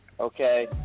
Okay